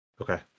Okay